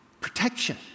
Protection